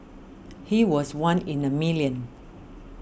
he was one in a million